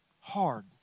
hard